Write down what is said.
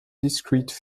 discrete